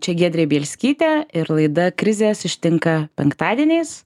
čia giedrė bielskytė ir laida krizės ištinka penktadieniais